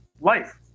life